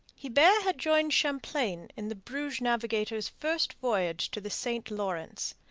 hebert had joined champlain in the brouage navigator's first voyage to the st lawrence.